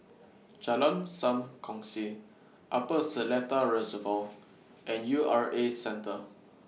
Jalan SAM Kongsi Upper Seletar Reservoir and U R A Centre